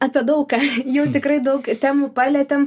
apie daug ką jau tikrai daug temų palietėm